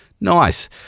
Nice